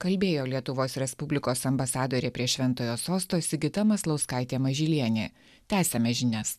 kalbėjo lietuvos respublikos ambasadorė prie šventojo sosto sigita maslauskaitė mažylienė tęsiame žinias